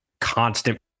constant